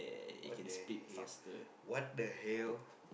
what the hall what the hell